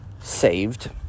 saved